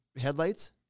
headlights